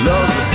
Love